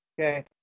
Okay